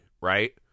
right